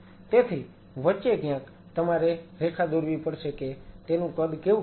તેથી વચ્ચે ક્યાંક તમારે રેખા દોરવી પડશે કે તેનું કદ કેવડું હશે